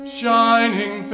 shining